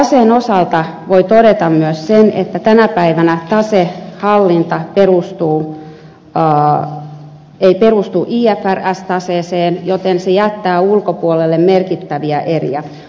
taseen osalta voi todeta myös sen että tänä päivänä tasehallinta ei perustu ifrs taseeseen joten se jättää ulkopuolelle merkittäviä eriä